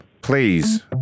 please